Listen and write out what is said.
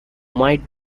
might